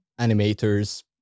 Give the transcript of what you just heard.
animators